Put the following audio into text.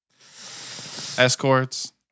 Escorts